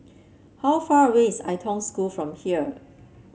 how far away is Ai Tong School from here